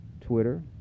Twitter